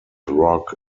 rock